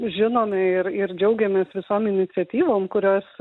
žinome ir ir džiaugiamės visom iniciatyvom kurias